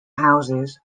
houses